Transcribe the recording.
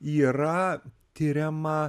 yra tiriama